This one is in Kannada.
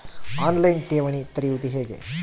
ಆನ್ ಲೈನ್ ಠೇವಣಿ ತೆರೆಯುವುದು ಹೇಗೆ?